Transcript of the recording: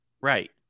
Right